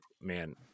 man